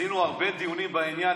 עשינו הרבה דיונים בעניין.